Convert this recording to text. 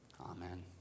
Amen